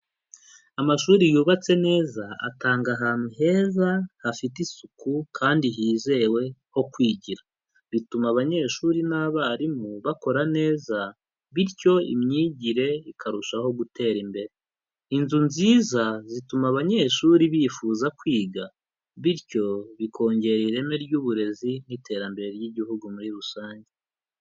Amashuri yubatse neza, atanga ahantu heza hafite isuku kandi hizewe ho kwigira. Bituma abanyeshuri n'abarimu bakora neza bityo imyigire ikarushaho gutera imbere. Inzu nziza zituma abanyeshuri bifuza kwiga, bityo bikongera ireme ry'uburezi n'iterambere ry'igihugu muri rusange.